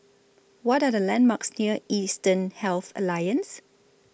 What Are The landmarks near Eastern Health Alliance